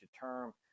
term